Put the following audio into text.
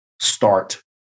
start